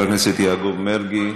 מס' 9176, של חבר הכנסת יעקב מרגי.